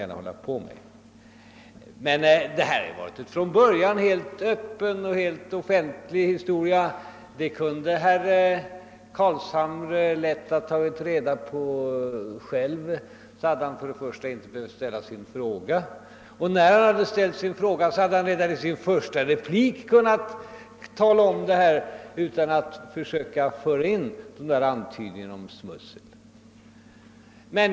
Denna verksamhet har från början varit öppen och offentlig. Herr Carlshamre kunde lätt själv ha tagit reda på den. I så fall hade han inte behövt ställa sin fråga, och om han ändå hade gjort det kunde han i sin första replik ha sagt vad han ville säga utan att komma med antydningar om smussel.